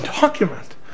document